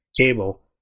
cable